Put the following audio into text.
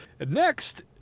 Next